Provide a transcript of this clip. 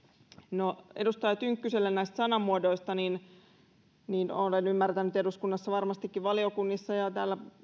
edustaja tynkkyselle näistä sanamuodoista olen olen ymmärtänyt että eduskunnassa varmasti valiokunnissa ja täällä